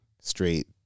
straight